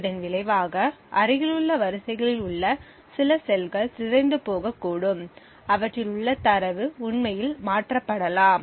இதன் விளைவாக அருகிலுள்ள வரிசைகளில் உள்ள சில செல்கள் சிதைந்து போகக்கூடும் அவற்றில் உள்ள தரவு உண்மையில் மாற்றப்படலாம்